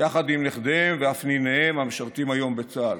יחד עם נכדיהם ואף ניניהם המשרתים היום בצה"ל.